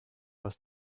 was